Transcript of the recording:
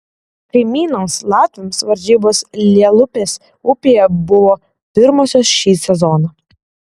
kaimynams latviams varžybos lielupės upėje buvo pirmosios šį sezoną